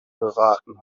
beraten